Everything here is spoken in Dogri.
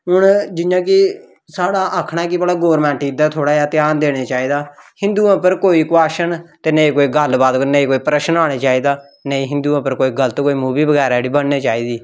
हून जि'यां कि साढ़ा आखना ऐ कि भला गौरमैंट इद्धर थोह्ड़ा जेहा ध्यान देने चाहिदा हिंदुएं उप्पर कोई क्वेच्शन ते नेईं कोई गल्ल बात ते नेईं कोई प्रश्न औना चाहिदा नेईं हिंदुएं पर कोई गलत कोई मूबी बगैरा जेह्ड़ी बनना चाहिदी